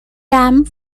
dam